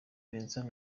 vincent